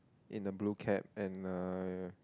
in a blue cap and a